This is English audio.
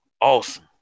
awesome